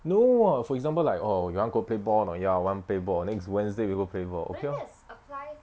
no for example like oh you want to go play ball or not ya I want play ball next wednesday we go play ball okay lor